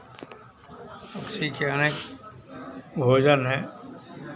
पक्षी के अनेक भोजन हैं